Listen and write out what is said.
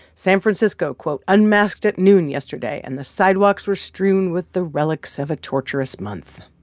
san francisco, quote, unmasked at noon yesterday, and the sidewalks were strewn with the relics of a torturous month.